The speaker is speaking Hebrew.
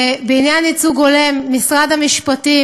בעניין ייצוג הולם במשרד המשפטים,